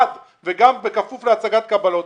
עד וגם בכפוף להצגת קבלות.